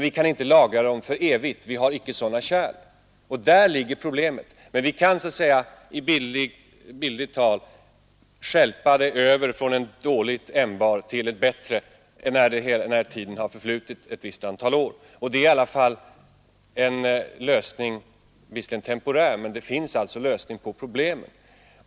Vi kan inte lagra dem för evigt, för vi har inte sådana förvaringskärl, och där ligger problemet, men vi kan bildligt talat stjälpa det över från ett dåligt ämbar till ett bättre, när det har förflutit ett visst antal år. Det är visserligen en temporär lösning, men det är dock en lösning.